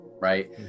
Right